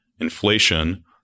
inflation